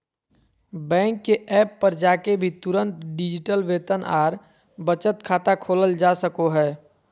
bank के app पर जाके भी तुरंत डिजिटल वेतन आर बचत खाता खोलल जा सको हय